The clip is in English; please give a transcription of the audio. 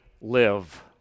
live